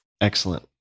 Excellent